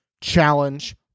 challenge